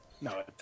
No